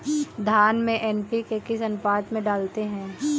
धान में एन.पी.के किस अनुपात में डालते हैं?